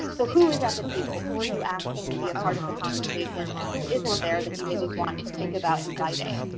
so who is at the table, who are you asking to be a part of the conversation? and who isn't there that you maybe want to think about inviting?